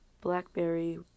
blackberry